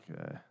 Okay